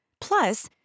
Plus